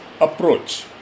approach